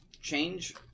change